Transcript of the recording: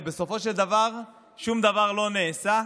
ובסופו של דבר שום דבר לא נעשה.